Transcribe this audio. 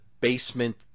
basement